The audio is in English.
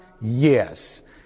Yes